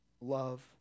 love